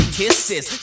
kisses